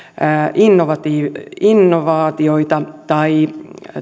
innovaatioita innovaatioita tai